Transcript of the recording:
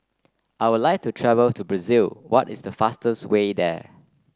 I would like to travels to Brazil what is the fastest way there